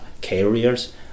carriers